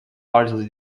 largely